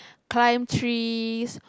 climb trees